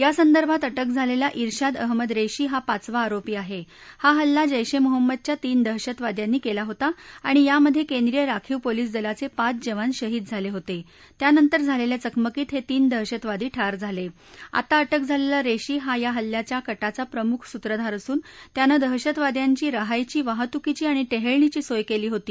यासदर्भात अटक झालव्ही ईशांद अहमद रधी हा पाचवा आरोपी आहा झि हल्ला जैश ए मोहम्मदच्या तीन दहशतवाद्यांनी कव्वी होता आणि यामध्यक्रिंद्रीय राखीव पोलीस दलाच प्राच जवान शहीद झालखिता त्यानंतर झालखित चकमकीत हत्रीन दहशतवादी ठार झालखिता अटक झालसी रश्वी हा या हल्ल्याच्या कटाचा मुख्य सूत्रधार असून त्यानव्हिशतवाद्यांची रहायची वाहतुकीची आणि टद्वेक्टणीची सोय कली होती